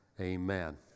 Amen